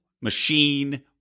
machine